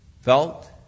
felt